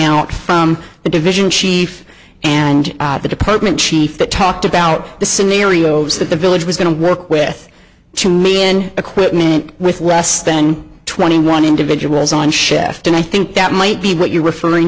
out from the division chief and the department chief that talked about the scenarios that the village was going to work with to me and equipment with less than twenty one individuals on shift and i think that might be what you're referring